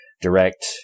direct